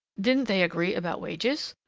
didn't they agree about wages?